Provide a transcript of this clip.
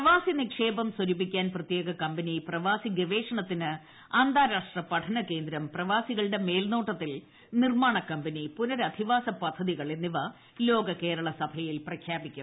പ്രവാസി നിക്ഷേപം സ്വരൂപിക്കാൻ പ്രത്യേക കമ്പനി പ്രവാസി ഗവേഷണത്തിന് അന്താരാഷ്ട്ര പഠനകേന്ദ്രം പ്രവാസികളുടെ മേൽനോട്ടത്തിൽ നിർമ്മാണ കമ്പനി പുനരധിവാസ പദ്ധതികൾ എന്നിവ ലോക കേരള സഭയിൽ പ്രഖ്യാപിക്കും